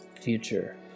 Future